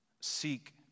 seek